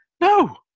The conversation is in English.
No